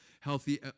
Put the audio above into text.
healthy